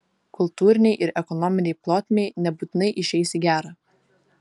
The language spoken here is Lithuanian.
kultūrinei ir ekonominei plotmei nebūtinai išeis į gerą